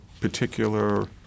particular